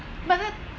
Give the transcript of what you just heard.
but that